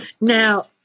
Now